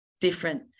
different